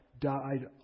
died